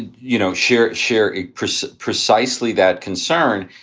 you know, share share a price precisely that concern.